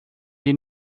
die